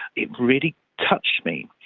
it really touched me.